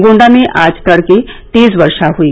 गोण्डा में आज तड़के तेज वर्षा हुई